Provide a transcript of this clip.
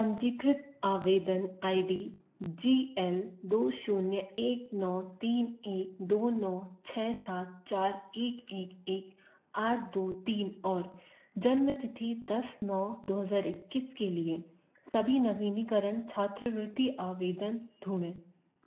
पंजीकृत आवेदन I D G L दो शून्य एक नौ तीन एक दो नौ छः सात चार एक एक एक आठ दो तीन और जन्म तिथि दस नौ दो हज़ार इक्कीस के लिए सभी नवीनीकरण छात्रवृति आवेदन ढूंढें